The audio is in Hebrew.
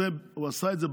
והוא עשה את זה,